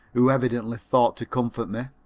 who evidently thought to comfort me.